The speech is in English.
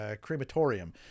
crematorium